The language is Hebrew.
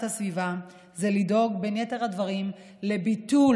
הסביבה זה לדאוג בין יתר הדברים לביטול,